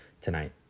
tonight